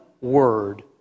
word